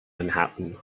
manhattan